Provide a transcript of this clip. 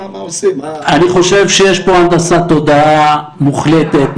אני חושב שיש פה הנדסת תודעה מוחלטת,